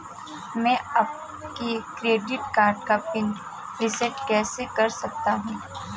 मैं अपने credit card का पिन रिसेट कैसे कर सकता हूँ?